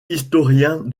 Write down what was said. historien